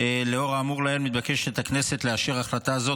לאור האמור לעיל, מתבקשת הכנסת לאשר החלטה זו.